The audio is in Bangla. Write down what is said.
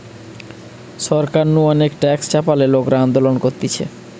সরকার নু অনেক ট্যাক্স চাপালে লোকরা আন্দোলন করতিছে